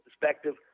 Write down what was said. perspective